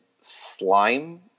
slime